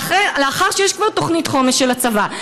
לאחר שיש כבר תוכנית חומש של הצבא,